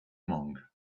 monk